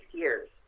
years